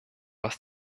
was